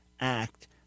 act